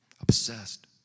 Obsessed